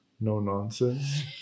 no-nonsense